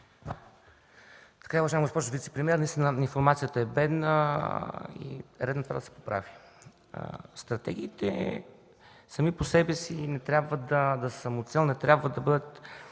Уважаема госпожо вицепремиер, наистина информацията е бедна и е редно това да се поправи. Стратегиите сами по себе си не трябва да са самоцел, не трябва да бъдат